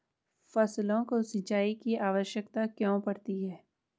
फसलों को सिंचाई की आवश्यकता क्यों पड़ती है?